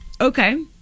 Okay